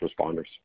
responders